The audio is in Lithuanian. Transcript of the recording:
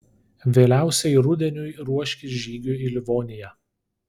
vėliausiai rudeniui ruoškis žygiui į livoniją